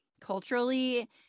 culturally